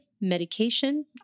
medication